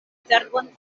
cerbon